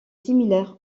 similaire